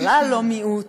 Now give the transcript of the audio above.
בכלל לא מיעוט,